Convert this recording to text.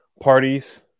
parties